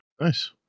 Nice